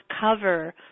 cover